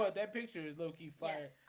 but that picture is looking fire.